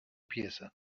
pieza